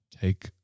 take